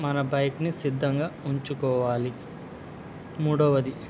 మన బైక్ని సిద్ధంగా ఉంచుకోవాలి మూడవది